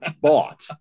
bought